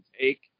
take